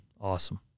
Awesome